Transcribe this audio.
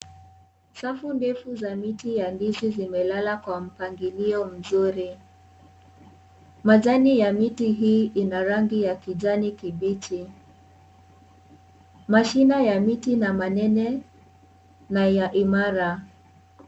Safu ndefu za miti ya ndizi zimelala kwa mpangilio mzuri , majani ya miti hii ina rangi ya kijani kibichi , mashina ya miti na manene na ya imara.